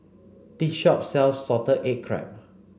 this shop sells salted egg crab